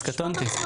אז קטונתי.